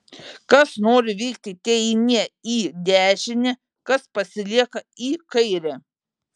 kas nori vykti teeinie į dešinę kas pasilieka į kairę